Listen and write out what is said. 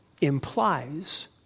implies